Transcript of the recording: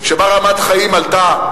שבה רמת חיים עלתה,